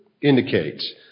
indicates